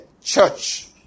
Church